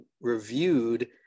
reviewed